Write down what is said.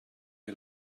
che